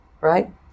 right